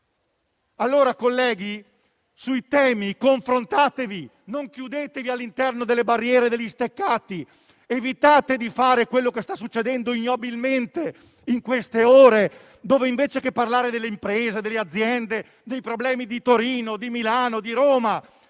Allora, colleghi, sui temi confrontatevi e non chiudetevi all'interno delle barriere e degli steccati. Evitate di fare quello che sta succedendo ignobilmente in queste ore, dove, invece che parlare delle imprese, delle aziende e dei problemi di Torino, di Milano e di Roma,